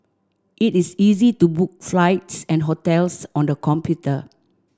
it is easy to book flights and hotels on the computer